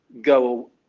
go